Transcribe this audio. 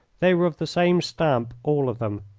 they were of the same stamp all of them,